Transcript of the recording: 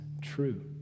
true